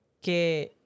que